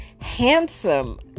handsome